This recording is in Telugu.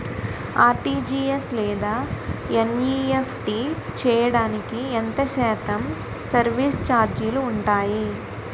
ఆర్.టి.జి.ఎస్ లేదా ఎన్.ఈ.ఎఫ్.టి చేయడానికి ఎంత శాతం సర్విస్ ఛార్జీలు ఉంటాయి?